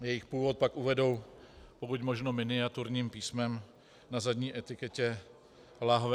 Jejich původ pak uvedou pokud možno miniaturním písmem na zadní etiketě lahve.